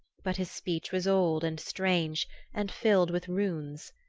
but his speech was old and strange and filled with runes.